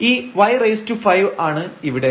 ഈ y5 ആണ് ഇവിടെ